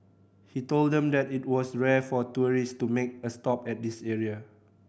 he told them that it was rare for tourists to make a stop at this area